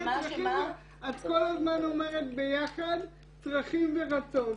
את כל הזמן אומרת ביחד צרכים ורצון.